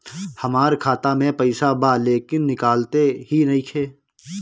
हमार खाता मे पईसा बा लेकिन निकालते ही नईखे?